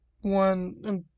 One